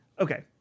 okay